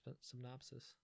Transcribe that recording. synopsis